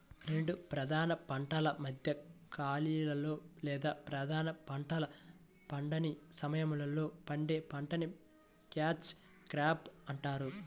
రెండు ప్రధాన పంటల మధ్య ఖాళీలో లేదా ప్రధాన పంటలు పండని సమయంలో పండే పంటని క్యాచ్ క్రాప్ అంటారు